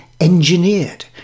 engineered